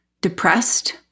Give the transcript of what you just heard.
depressed